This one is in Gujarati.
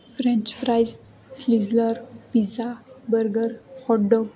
French fries sizzler pizza burger hot dog